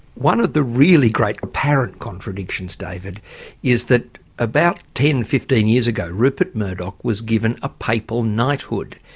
one of the really great apparent contradictions david is that about ten fifteen years ago rupert murdoch was given a papal knighthood.